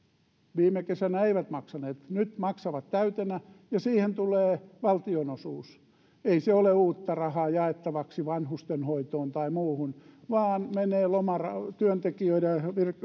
viime kesänä eivät maksaneet nyt maksavat täytenä ja siihen tulee valtionosuus ei se ole uutta rahaa jaettavaksi vanhustenhoitoon tai muuhun vaan menee työntekijöiden ja